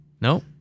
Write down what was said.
No